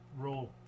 roll